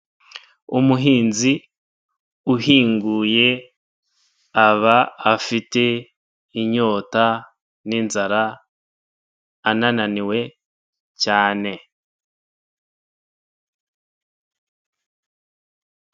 Umuhinzi uhinguye aba afite inyota n'inzara anananiwe cyane.